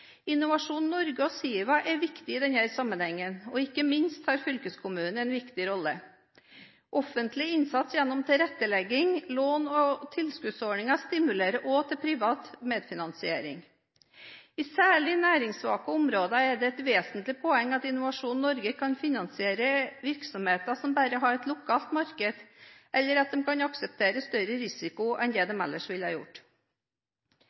Innovasjon Norge og SIVA er viktige i denne sammenheng. Ikke minst har fylkeskommunene en viktig rolle. Offentlig innsats gjennom tilrettelegging, lån og tilskuddsordninger stimulerer også til mer privat medfinansiering. I særlig næringssvake områder er det et vesentlig poeng at Innovasjon Norge kan finansiere virksomheter som bare har et lokalt marked, eller at de kan akseptere større risiko enn de ellers ville gjort.